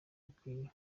bukwiye